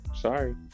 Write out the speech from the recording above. sorry